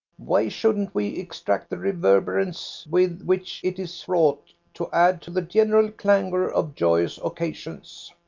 why shouldn't we extract the reverberance with which it is fraught to add to the general clangour of joyous occasions?